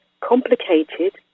complicated